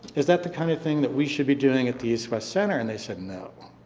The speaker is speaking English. is that the kind of thing that we should be doing at the east-west center? and they said, no.